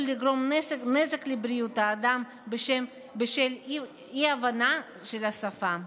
לגרום נזק לבריאות האדם בשל אי-הבנה של השפה.